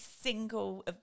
single